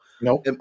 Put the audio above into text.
no